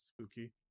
spooky